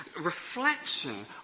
reflection